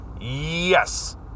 Yes